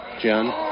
Jen